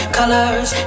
colors